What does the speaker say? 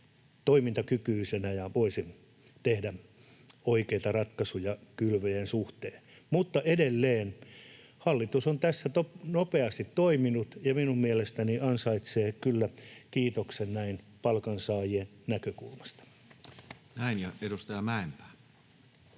toimintakykyisenä ja voisi tehdä oikeita ratkaisuja kylvöjen suhteen. Mutta edelleen: hallitus on tässä nopeasti toiminut ja minun mielestäni ansaitsee kyllä kiitoksen näin palkansaajien näkökulmasta. [Speech 118] Speaker: